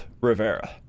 Rivera